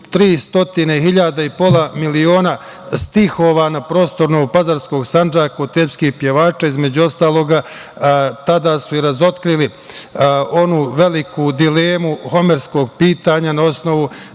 miliona stihova na prostoru Novopazarskog Sandžaka …pevača, između ostalog tada su i razotkrili onu veliku dilemu Homerskog pitanja na osnovu